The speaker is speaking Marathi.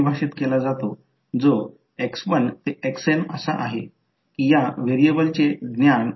माफ करा हे नाही हे मला ते स्पष्ट करू द्या हे चिन्ह असेल आणि चिन्ह यापैकी फक्त हे असेल